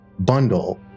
bundle